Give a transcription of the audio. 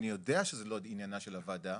אני יודע שזו לא עניינה של הוועדה,